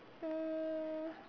um